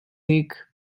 thick